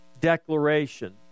declaration